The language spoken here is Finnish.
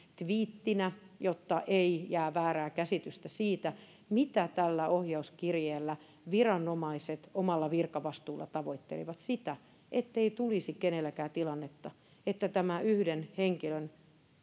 tviittinä jotta ei jää väärää käsitystä siitä mitä tällä ohjauskirjeellä viranomaiset omalla virkavastuullaan tavoittelivat sitä ettei tulisi kenellekään tilannetta että yhden henkilön